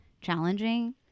challenging